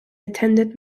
attended